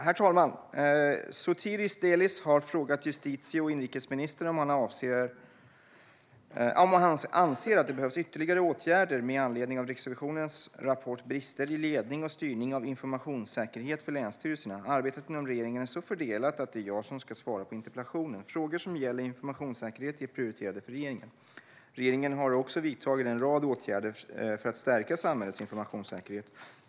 Herr talman! Sotiris Delis har frågat justitie och inrikesministern om han anser att det behövs ytterligare åtgärder med anledning av Riksrevisionens rapport Brister i ledning och styrning av informationssäkerhet för länsstyrelserna . Arbetet inom regeringen är så fördelat att det är jag som ska svara på interpellationen. Frågor som gäller informationssäkerhet är prioriterade för regeringen. Regeringen har också vidtagit en rad åtgärder för att stärka samhällets informationssäkerhet.